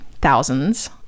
thousands